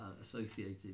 associated